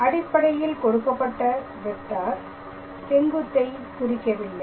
அடிப்படையில் கொடுக்கப்பட்ட வெக்டார் செங்குத்தை குறிக்கவில்லை